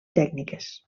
tècniques